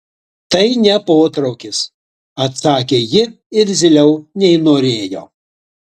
tai ne potraukis atsakė ji irzliau nei norėjo